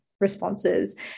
responses